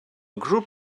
group